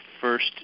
first